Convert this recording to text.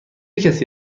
کسی